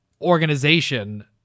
organization